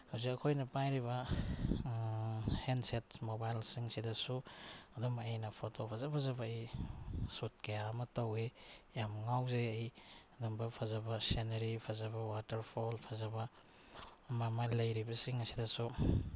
ꯍꯧꯖꯤꯛ ꯑꯩꯈꯣꯏꯅ ꯄꯥꯏꯔꯤꯕ ꯍꯦꯟꯁꯦꯠ ꯃꯣꯕꯥꯏꯜꯁꯤꯡꯁꯤꯗꯁꯨ ꯑꯗꯨꯝ ꯑꯩꯅ ꯐꯣꯇꯣ ꯐꯖ ꯐꯖꯕ ꯑꯩ ꯁꯨꯠ ꯀꯌꯥ ꯑꯃ ꯇꯧꯏ ꯌꯥꯝ ꯉꯥꯎꯖꯩ ꯑꯩ ꯑꯗꯨꯝꯕ ꯐꯖꯕ ꯁꯦꯅꯔꯤ ꯐꯖꯕ ꯋꯥꯇꯔꯐꯣꯜ ꯐꯖꯕ ꯑꯃ ꯑꯃ ꯂꯩꯔꯤꯕꯁꯤꯡ ꯑꯁꯤꯗꯁꯨ